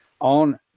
on